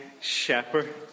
shepherd